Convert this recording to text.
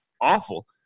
awful